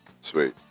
Sweet